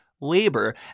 labor